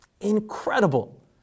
Incredible